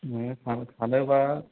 नोङो खानो खानोब्ला